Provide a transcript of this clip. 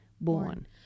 born